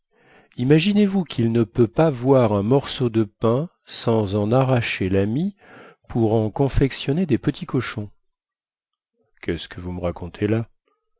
imaginez-vous quil ne peut pas voir un morceau de pain sans en arracher la mie pour en confectionner des petits cochons quest ce que vous me racontez là